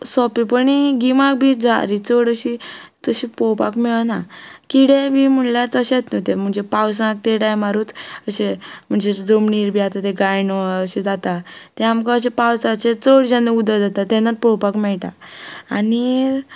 सोपेंपणी गिमांत बी जळारी चड अशी तशी पळोवपाक मेळना किडे बी म्हणल्यार तशेंच न्हय ते म्हणजे पावसांक ते टायमारूच अशे म्हणजे जमनीर बी आतां ते गायंदोळ अशे जाता ते आमकां अशे पावसाचे चड जेन्ना उदक जाता तेन्नाच पळोवपाक मेळटा आनी